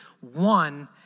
one